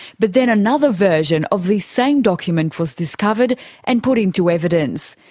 but then another version of the same document was discovered and put into evidence.